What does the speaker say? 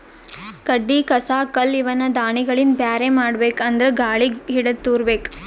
ಕಡ್ಡಿ ಕಸ ಕಲ್ಲ್ ಇವನ್ನ ದಾಣಿಗಳಿಂದ ಬ್ಯಾರೆ ಮಾಡ್ಬೇಕ್ ಅಂದ್ರ ಗಾಳಿಗ್ ಹಿಡದು ತೂರಬೇಕು